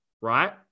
right